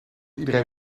iedereen